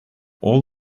all